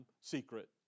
secret